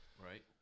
right